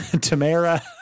Tamara